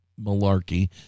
malarkey